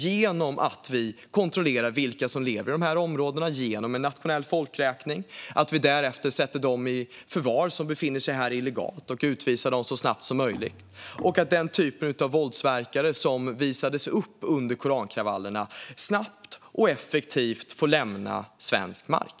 Vi behöver kontrollera vilka som lever i dessa områden genom en nationell folkräkning, och därefter behöver vi sätta dem i förvar som befinner sig här illegalt och utvisa dem så snabbt som möjligt. Den typ av våldsverkare som visade upp sig under korankravallerna ska snabbt och effektivt få lämna svensk mark.